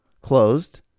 closed